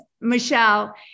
Michelle